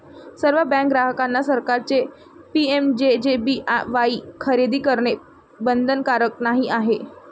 सर्व बँक ग्राहकांना सरकारचे पी.एम.जे.जे.बी.वाई खरेदी करणे बंधनकारक नाही आहे